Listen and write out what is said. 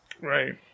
right